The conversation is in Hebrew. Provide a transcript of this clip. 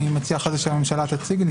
אני מציע שהממשלה תציג את זה.